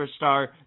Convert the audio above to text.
superstar